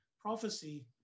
prophecy